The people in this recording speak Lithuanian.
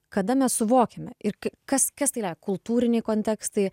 kada mes suvokiame ir kai kas kas tai le kultūriniai kontekstai